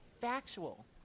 factual